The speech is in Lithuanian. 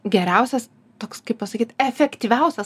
geriausias toks kaip pasakyt efektyviausias